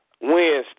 Wednesday